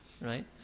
right